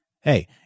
Hey